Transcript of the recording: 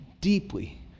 deeply